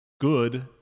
good